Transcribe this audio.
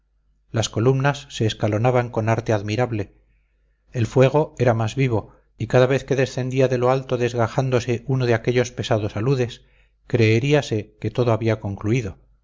las columnas se escalonaban con arte admirable el fuego era más vivo y cada vez que descendía de lo alto desgajándose uno de aquellos pesados aludes creeríase que todo había concluido